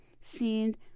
seemed